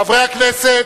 חברי הכנסת,